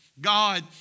God